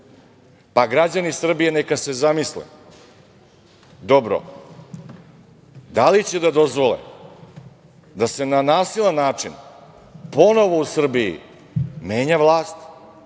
uspe. Građani Srbije neka se dobro zamisle da li će da dozvole da se na nasilan način ponovo u Srbiji menja vlast,